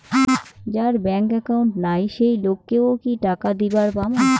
যার bank account নাই সেই লোক কে ও কি টাকা দিবার পামু?